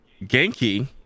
Genki